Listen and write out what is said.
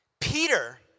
Peter